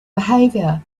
behavior